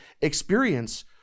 experience